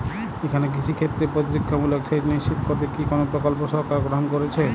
এখানে কৃষিক্ষেত্রে প্রতিরক্ষামূলক সেচ নিশ্চিত করতে কি কোনো প্রকল্প সরকার গ্রহন করেছে?